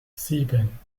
sieben